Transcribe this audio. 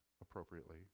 appropriately